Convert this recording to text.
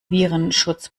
virenschutz